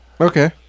Okay